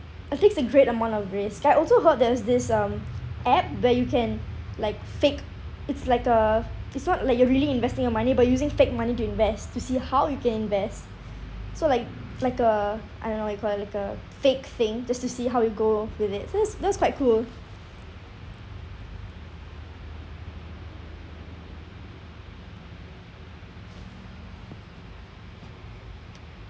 it takes a great amount of risk I also heard there is this um app where you can like fake it's like uh it's not like you are really investing your money but using fake money to invest to see how you can invest so like like uh I don't know how you call it like a fake thing just to see how it go with it that's that's quite cool